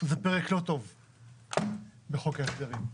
זה פרק לא טוב בחוק ההסדרים.